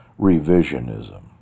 revisionism